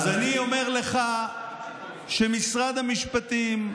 אז אני אומר לך שמשרד המשפטים,